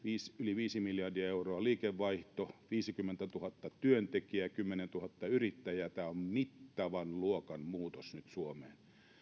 yli viisi miljardia euroa liikevaihto viisikymmentätuhatta työntekijää kymmenentuhatta yrittäjää tämä on nyt mittavan luokan muutos suomeen